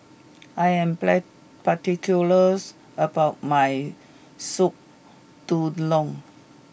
I am particulars about my soup Tulang